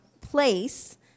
place